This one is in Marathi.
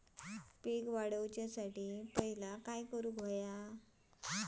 पीक वाढवुसाठी पहिला काय करूक हव्या?